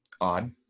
odd